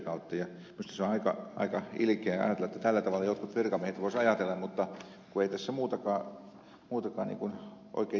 minusta se on aika ilkeää ajatella että tällä tavalla jotkut virkamiehet voisivat ajatella mutta kun ei tässä muutakaan niin kun oikein järkevää syytä näe